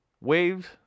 waves